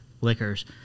liquors